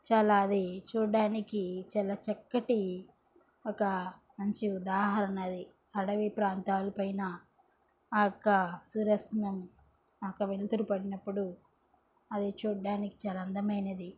చాలా అది చూడ్డానికి చాలా చక్కటి ఒక మంచి ఉదాహరణ అది అడవి ప్రాంతాలపైన ఆ యొక్క సూర్యాస్తమయం ఆ యొక్క వెలుతురు పడినప్పుడు అది చూడ్డానికి చాలా అందమైనది